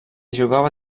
jugava